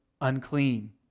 unclean